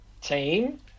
team